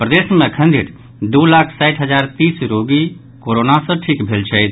प्रदेश मे अखन धरि दू लाख साठि हजार तीस रोगी कोरोना सॅ ठीक भेल छथि